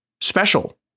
special